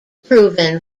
proven